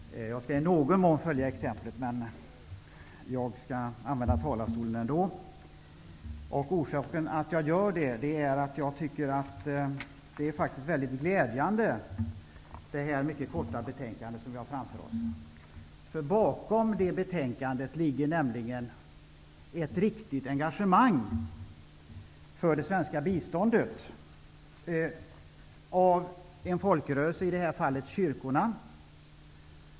Herr talman! Jag skall i någon mån följa exemplet, men jag skall ändå använda talarstolen. Orsaken till det är att jag tycker att det kortfattade betänkande som vi har framför oss är mycket glädjande. Bakom det betänkandet finns nämligen ett riktigt engagemang för det svenska biståndet av en folkrörelse, i det här fallet kyrkorna.